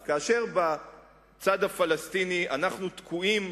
אז כאשר בצד הפלסטיני אנחנו תקועים,